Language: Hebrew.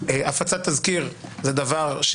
הפצת תזכיר זה דבר,